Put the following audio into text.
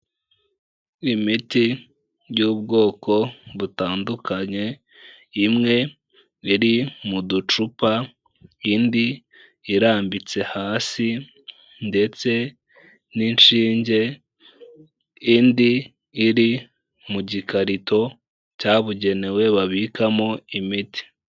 Imiti y'ubwoko butandukanye, imwe iri mu ducupa, indi irambitse hasi ndetse n'inshinge, indi iri mu gikarito cyabugenewe babikamo imiti.